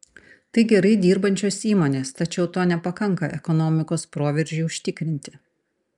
tai gerai dirbančios įmonės tačiau to nepakanka ekonomikos proveržiui užtikrinti